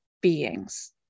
beings